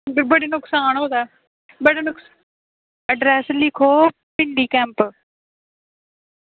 ते बड़ा नकसान होए दा ऐ बड़ा नकसान अड्रैस लिखो भिंडी कैंप